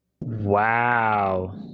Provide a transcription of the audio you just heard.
Wow